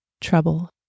trouble